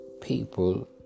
people